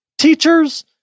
teachers